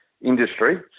industry